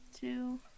two